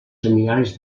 seminaris